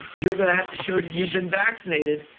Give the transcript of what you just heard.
you're gonna have to show that you've been vaccinated,